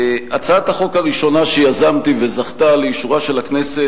הצעת החוק הראשונה שיזמתי וזכתה לאישורה של הכנסת,